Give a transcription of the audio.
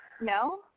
No